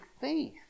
faith